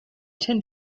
tend